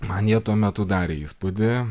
man jie tuo metu darė įspūdį